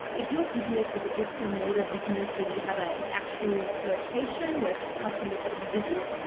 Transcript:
if your business is a bricks and motor business. so you have an actual location where customers can visit.